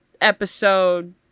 episode